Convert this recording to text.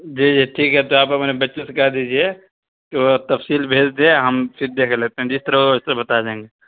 جی جی ٹھیک ہے تو آپ اپنے بچوں سے کہہ دیجیے کہ وہ تفصیل بھیج دے ہم پھر دیکھ لیتے ہیں جس طرح ہو ویسا بتا دیں گے